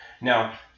Now